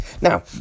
Now